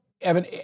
Evan